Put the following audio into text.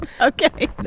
Okay